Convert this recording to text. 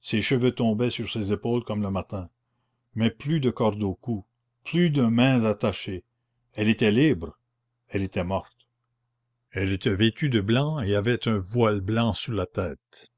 ses cheveux tombaient sur ses épaules comme le matin mais plus de corde au cou plus de mains attachées elle était libre elle était morte elle était vêtue de blanc et avait un voile blanc sur la tête